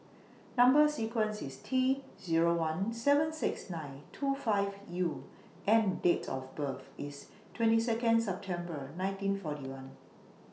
Number sequence IS T Zero one seven six nine two five U and Date of birth IS twenty Second September nineteen forty one